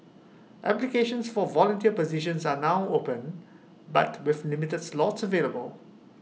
applications for volunteer positions are now open but with limited slots available